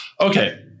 okay